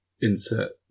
insert